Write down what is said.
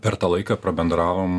per tą laiką prabendravom